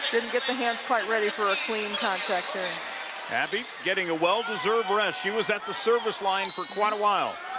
didn't get the hand quite ready for a clean contact abby getting a well deserved rest. she was at the service line for quite awhile